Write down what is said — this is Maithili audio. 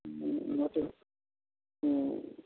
हूँ मतलब हूँ